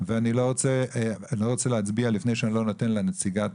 ואני לא רוצה להצביע לפני שאני לא נותן לנציגת